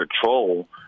control